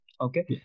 Okay